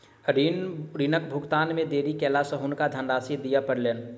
ऋणक भुगतान मे देरी केला सॅ हुनका धनराशि दिअ पड़लैन